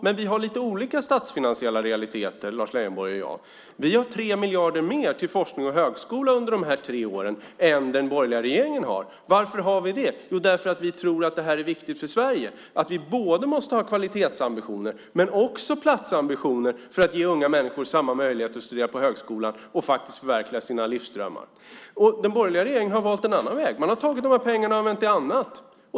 Men vi har lite olika statsfinansiella realiteter, Lars Leijonborg och jag. Vi har 3 miljarder mer till forskning och högskola under de här tre åren än vad den borgerliga regeringen har. Varför har vi det? Jo, därför att vi tror att det är viktigt för Sverige att vi har både kvalitetsambitioner och platsambitioner för att ge unga människor samma möjligheter att studera på högskolan och förverkliga sina livsdrömmar. Den borgerliga regeringen har valt en annan väg. Man har använt de här pengarna till annat.